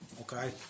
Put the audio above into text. Okay